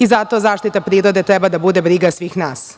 i zato zaštita prirode treba da bude briga svih nas.